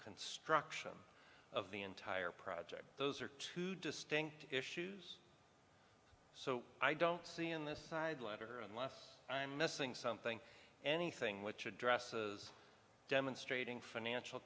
construction of the entire project those are two distinct issues so i don't see in this side letter unless i'm missing something anything which addresses demonstrating financial